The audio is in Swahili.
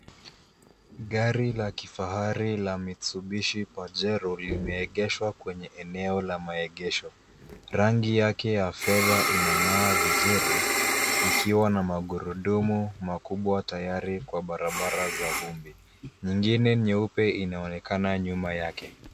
Gari la kifahari la Mistubishi Pajero limeegeshwa kwenye eneo la maegesho. Rangi yake ya fedha inang'aa vizuri ikiwa na magurudumu makubwa tayari kwa barabara za vumbi. Nyingine nyeupe inaonekana nyuma yake.